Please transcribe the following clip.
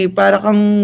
parang